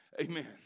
amen